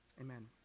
Amen